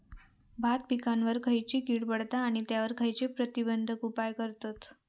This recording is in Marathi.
भात पिकांवर खैयची कीड पडता आणि त्यावर खैयचे प्रतिबंधक उपाय करतत?